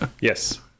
Yes